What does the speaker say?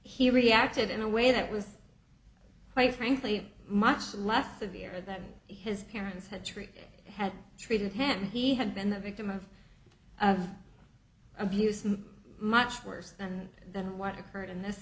he reacted in a way that was quite frankly much less severe that his parents had treated had treated him he had been the victim of abuse much much worse than that what occurred in this